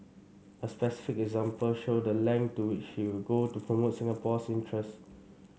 a specific example showed the length to which you'll go to promote Singapore's interest